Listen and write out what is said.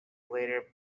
later